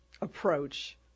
approach